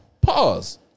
Pause